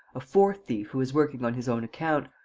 a fourth thief who is working on his own account,